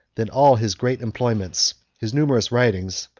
than all his great employments, his numerous writings,